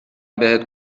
بهت